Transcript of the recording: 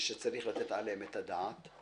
שצריך לתת עליהן את הדעת.